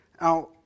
Now